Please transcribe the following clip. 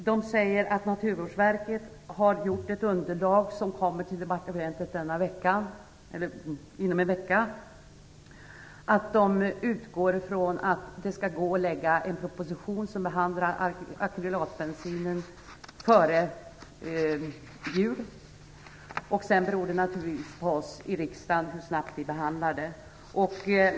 Där säger man att Naturvårdsverket har gjort ett underlag som kommer till departementet inom en vecka och att man utgår från att det skall gå att lägga fram en proposition som behandlar akrylatbensinen före jul. Sedan beror det naturligtvis på oss i riksdagen hur snabbt vi behandlar det.